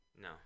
No